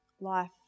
life